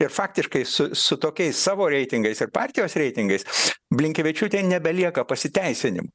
ir faktiškai su su tokiais savo reitingais ir partijos reitingais blinkevičiūtei nebelieka pasiteisinimų